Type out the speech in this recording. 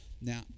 Now